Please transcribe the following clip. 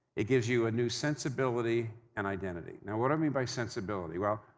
it gives you a new sensibility and identity. now, what do i mean by sensibility? well,